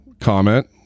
comment